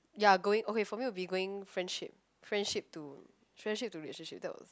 ya going okay for me going friendship friendship to friendship to relationship that would